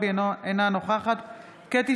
אינה נוכחת ג'ידא רינאוי זועבי,